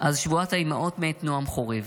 אז "שבועת האימהות" מאת נעם חורב.